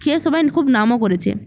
খেয়ে সবাই খুব নামও করেছে